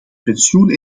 pensioen